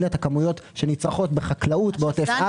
את הכמויות שנצרכות בחקלאות בעוטף עזה.